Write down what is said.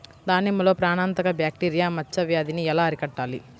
దానిమ్మలో ప్రాణాంతక బ్యాక్టీరియా మచ్చ వ్యాధినీ ఎలా అరికట్టాలి?